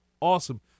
awesome